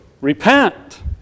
Repent